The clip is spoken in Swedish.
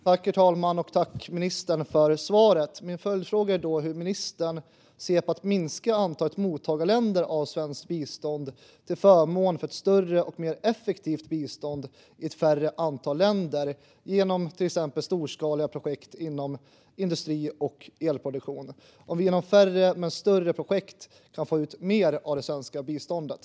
Herr talman! Tack, ministern, för svaret! Min följdfråga är då: Hur ser ministern på att minska antalet mottagarländer när det gäller svenskt bistånd, till förmån för ett större och mer effektivt bistånd i färre länder genom till exempel storskaliga projekt inom industri och elproduktion? Kan vi genom färre men större projekt få ut mer av det svenska biståndet?